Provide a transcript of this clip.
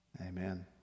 Amen